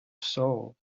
soul